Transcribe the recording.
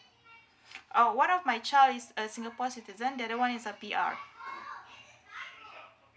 oh one of my child is a singapore citizen the other one is a P_R